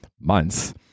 months